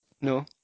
No